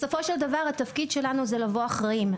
בסופו של דבר התפקיד שלנו זה לבוא אחראים.